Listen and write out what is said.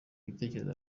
gitekerezo